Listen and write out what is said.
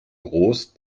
groß